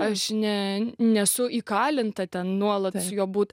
aš ne nesu įkalinta ten nuolat su juo būt